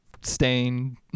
stain